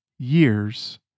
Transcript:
years